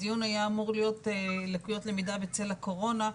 הדיון היה אמור להיות לקויות למידה בצל הקורונה,